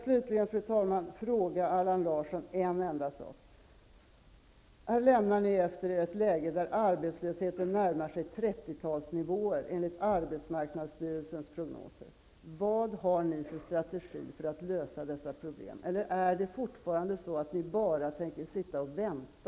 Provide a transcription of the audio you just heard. Slutligen vill jag, fru talman, fråga Allan Larsson en enda sak. Socialdemokraterna lämnar efter sig ett läge där arbetslösheten närmar sig 30-talsnivåer enligt arbetsmarknadsstyrelsens prognoser. Vad har ni för strategi för att lösa dessa problem. Eller tänker ni bara sitta och vänta?